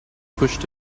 pushed